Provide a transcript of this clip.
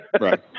right